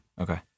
Okay